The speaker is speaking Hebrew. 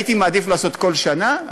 הייתי מעדיף לעשות כל שנה,